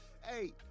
hey